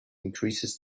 increases